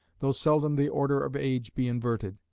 though seldom the order of age be inverted.